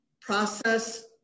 process